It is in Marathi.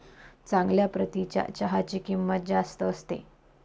चांगल्या प्रतीच्या चहाची किंमत जास्त असते